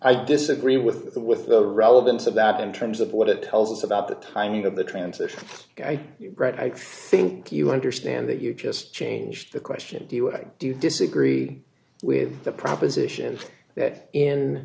i disagree with with the relevance of that in terms of what it tells us about the timing of the transitions i read i think you understand that you just changed the question do you disagree with the proposition that in